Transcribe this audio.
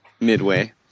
Midway